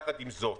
יחד עם זאת,